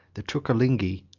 the turcilingi,